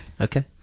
Okay